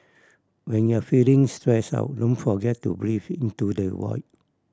when you are feeling stressed out don't forget to breathe into the void